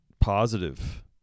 positive